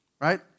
right